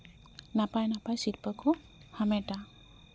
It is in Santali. ᱱᱟᱯᱟᱭ ᱱᱟᱯᱟᱭ ᱥᱤᱨᱯᱟᱹ ᱠᱚ ᱦᱟᱢᱮᱴᱟ